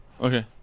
Okay